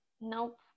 Nope